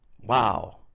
Wow